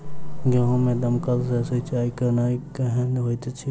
गेंहूँ मे दमकल सँ सिंचाई केनाइ केहन होइत अछि?